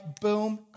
boom